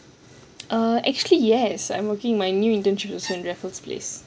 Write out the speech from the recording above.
err actually yes I'm working my new internship is at raffles place